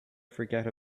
forget